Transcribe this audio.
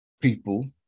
people